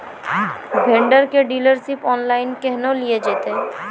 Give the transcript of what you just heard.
Vendor केर dealership online केहनो लियल जेतै?